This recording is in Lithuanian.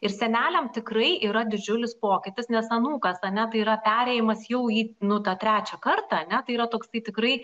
ir seneliam tikrai yra didžiulis pokytis nes anūkas ane tai yra perėjimas jau į nu tą trečią kartą ane tai yra toksai tikrai